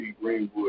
Greenwood